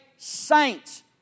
Saints